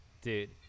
Dude